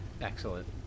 Excellent